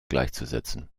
gleichzusetzen